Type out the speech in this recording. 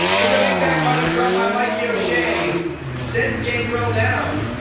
with the big back body drop by mikey o'shea sends gangrel down